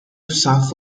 south